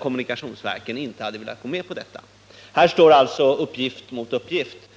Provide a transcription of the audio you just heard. kommunikationsverken hade inte velat gå med på detta. Här står uppgift mot uppgift.